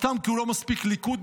סתם כי הוא לא מספיק ליכודניק,